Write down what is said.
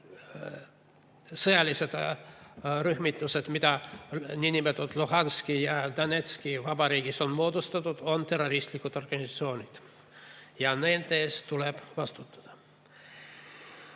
sõjalised rühmitused, mida niinimetatud Luhanski ja Donetski vabariigis on moodustatud, on terroristlikud organisatsioonid ja nende eest tuleb vastutada.